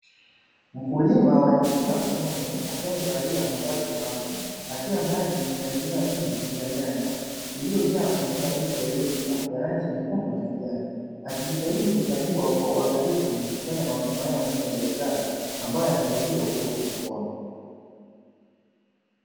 Mkulima wa jinsia wa kiume akiwa amevalia mavazi maalum akiwa ndani ya mimea mingi ya nyanya iliyojaa matunda mengi yaliyoiva ya rangi nyekundu na kijani, akijitahidi kuchagua kwa uangalifu na kukusanya mavuno haya muhimu ya biashara ambayo yanatarajiwa kuuza sokoni.